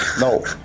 No